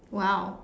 !wow!